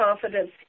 confidence